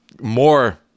more